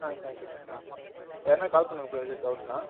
ஆ thank you bro ஆ எதனா call பண்ணுங்கள் ப்ரோ எதுவும் டவுட்னா